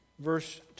Verse